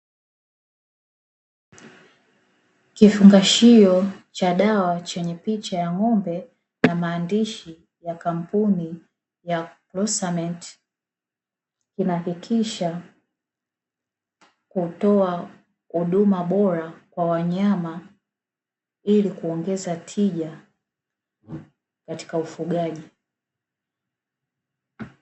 Kifungashio cha dawa chenye picha ya ng'ombe na maandishi ya kampuni ya “kulosamenti” kinahakikisha kutoa huduma bora kwa wanyama ili kuongeza tija katika ufugaji.